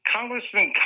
Congressman